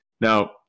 Now